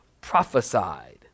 prophesied